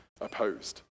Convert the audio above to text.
opposed